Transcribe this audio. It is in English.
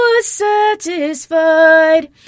satisfied